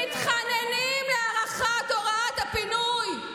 מתחננים, להארכת הוראת הפינוי?